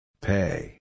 Pay